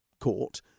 court